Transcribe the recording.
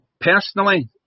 personally